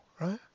right